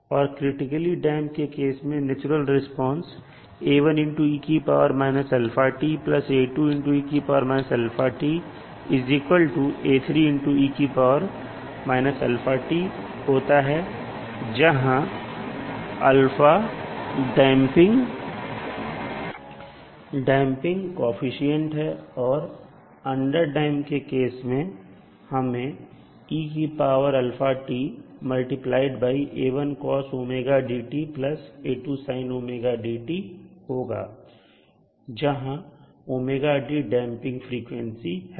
और critically damp के case में नेचुरल रिस्पांस होता है जहां α डैंपिंग कोऑफिशिएंट है और अंडरडैंप के केस में हमें होगा जहां डैंपिंग फ्रीक्वेंसी है